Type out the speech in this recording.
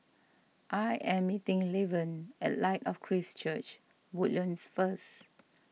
I am meeting Laverne at Light of Christ Church Woodlands first